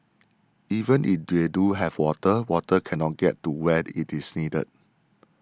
even if they do have water water cannot get to where it is needed